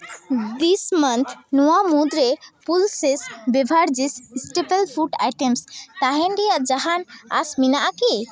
ᱫᱤᱥ ᱢᱟᱱᱛᱷ ᱱᱚᱣᱟ ᱢᱩᱫᱽ ᱨᱮ pulses beverages staple food items ᱛᱟᱦᱮᱱ ᱨᱮᱭᱟᱜ ᱡᱟᱦᱟᱱ ᱟᱸᱥ ᱢᱮᱱᱟᱜ ᱼᱟ ᱠᱤ